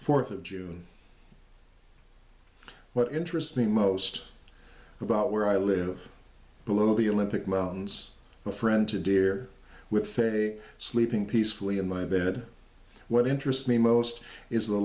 fourth of june what interests me most about where i live below the olympic mountains a friend to dear with a sleeping peacefully in my bed what interests me most is the